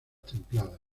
templadas